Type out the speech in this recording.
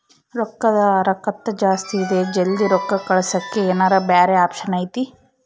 ರೊಕ್ಕದ ಹರಕತ್ತ ಜಾಸ್ತಿ ಇದೆ ಜಲ್ದಿ ರೊಕ್ಕ ಕಳಸಕ್ಕೆ ಏನಾರ ಬ್ಯಾರೆ ಆಪ್ಷನ್ ಐತಿ?